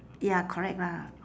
ya correct lah